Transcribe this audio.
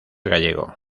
gallego